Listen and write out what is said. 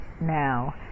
now